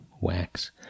wax